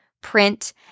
print